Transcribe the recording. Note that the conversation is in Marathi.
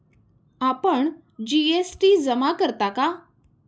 आपण जी.एस.टी जमा करता का?